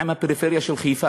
מה עם הפריפריה של חיפה?